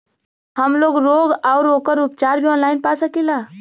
हमलोग रोग अउर ओकर उपचार भी ऑनलाइन पा सकीला?